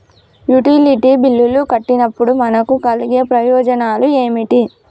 Utility బిల్లులు కట్టినప్పుడు మనకు కలిగే ప్రయోజనాలు ఏమిటి?